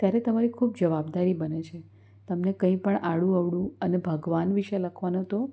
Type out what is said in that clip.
ત્યારે તમારી ખૂબ જવાબદારી બને છે તમને કંઈ પણ આડુંઅવળું કે અને ભગવાન વિષે લખવાનો તો